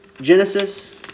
Genesis